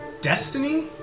Destiny